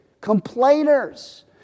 complainers